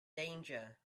danger